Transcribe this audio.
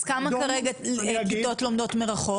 אז כמה כרגע כיתות לומדות מרחוק?